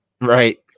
Right